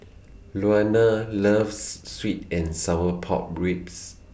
Luana loves Sweet and Sour Pork Ribs